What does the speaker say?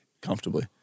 Comfortably